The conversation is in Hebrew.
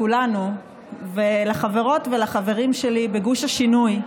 לכולנו ולחברות ולחברים שלי בגוש השינוי,